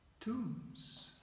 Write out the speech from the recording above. Tombs